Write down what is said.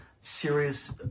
serious